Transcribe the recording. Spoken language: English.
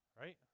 Right